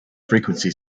frequency